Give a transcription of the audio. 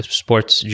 sports